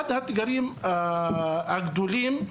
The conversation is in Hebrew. אחד האתגרים הגדולים הוא